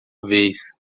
vez